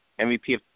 MVP